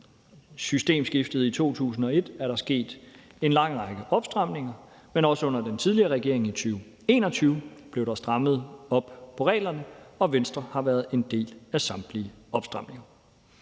systemskiftet i 2001 sket en lang række opstramninger, men også under den tidligere regering blev der i 2021 strammet op på reglerne, og Venstre har været en del af samtlige opstramninger.